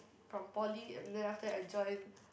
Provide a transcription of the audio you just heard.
from poly and then after that I join